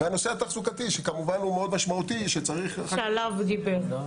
התחזוקה זה דבר משמעותי מאוד.